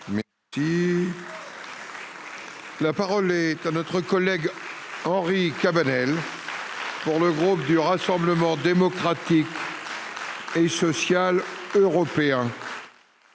bout. La parole est à notre collègue Henri Cabanel. Pour le groupe du Rassemblement démocratique. Et social européen.